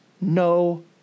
no